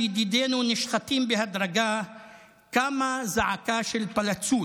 שידידינו נשחטים בהדרגה / קמה זעקה של פלצות.